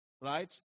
right